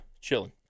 chilling